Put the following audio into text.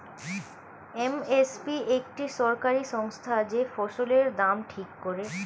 M S P একটি সরকারি সংস্থা যে ফসলের দাম ঠিক করে